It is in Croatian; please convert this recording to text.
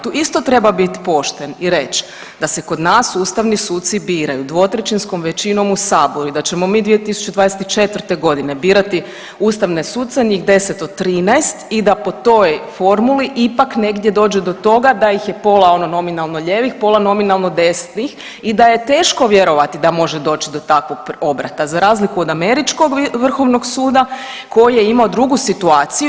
Tu isto treba bit pošten i reć da se kod nas ustavni suci biraju dvotrećinskom većinom u saboru i da ćemo mi 2024.g. birati ustavne suce, njih 10 od 13 i da po toj formuli ipak negdje dođe do toga da ih je pola ono nominalno lijevih, pola nominalno desnih i da je teško vjerovati da može doći do takvog obrata za razliku od Američkog vrhovnog suda koji je imao drugu situaciju.